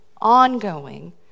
ongoing